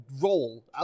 roll